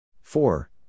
Four